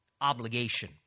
obligation